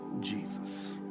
Jesus